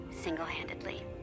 single-handedly